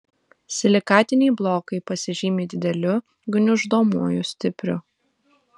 silikatiniai blokai pasižymi dideliu gniuždomuoju stipriu